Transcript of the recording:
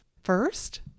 First